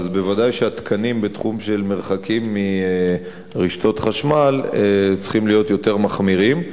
ודאי שהתקנים בתחום של מרחקים מרשתות חשמל צריכים להיות יותר מחמירים.